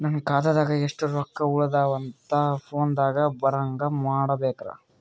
ನನ್ನ ಖಾತಾದಾಗ ಎಷ್ಟ ರೊಕ್ಕ ಉಳದಾವ ಅಂತ ಫೋನ ದಾಗ ಬರಂಗ ಮಾಡ ಬೇಕ್ರಾ?